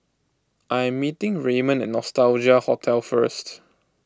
I am meeting Raymon at Nostalgia Hotel first